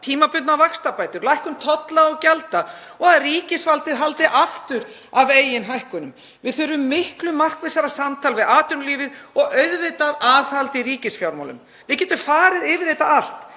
tímabundnar vaxtabætur, lækkun tolla og gjalda og að ríkisvaldið haldi aftur af eigin hækkunum. Við þurfum miklu markvissara samtal við atvinnulífið og auðvitað aðhald í ríkisfjármálum. Við getum farið yfir þetta allt